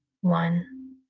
one